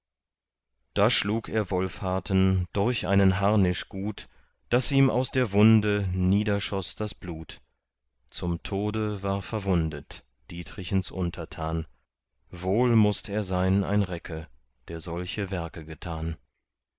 da schlug er wolfharten durch einen harnisch gut daß ihm aus der wunde niederschoß das blut zum tode war verwundet dietrichens untertan wohl mußt er sein ein recke der solche werke getan